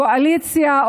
קואליציה,